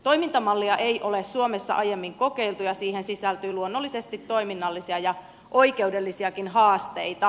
toimintamallia ei ole suomessa aiemmin kokeiltu ja siihen sisältyy luonnollisesti toiminnallisia ja oikeudellisiakin haasteita